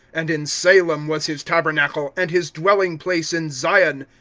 and in salem was his tabernacle, and his dwelling-place in zion.